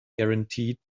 guaranteed